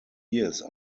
years